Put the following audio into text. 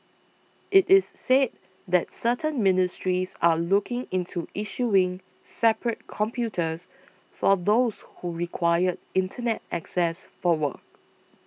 it is said that certain ministries are looking into issuing separate computers for those who require Internet access for work